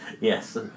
yes